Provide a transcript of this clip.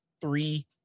three